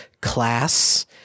class